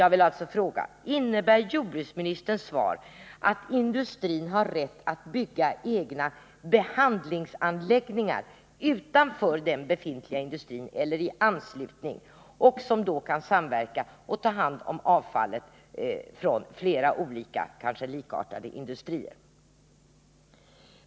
Jag vill alltså fråga: Innebär jordbruksministerns svar att industrin har rätt att bygga egna behandlingsanläggningar utanför den befintliga industrin eller i anslutning till den, vilka då kan samverka och ta hand om avfallet från flera olika, kanske likartade industrier?